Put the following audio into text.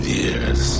years